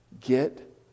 get